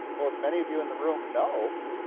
well, as many of you in the room know,